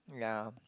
ya